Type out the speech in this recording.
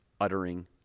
uttering